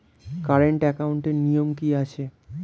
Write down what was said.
Current একাউন্টের নিয়ম কী আছে?